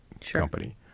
company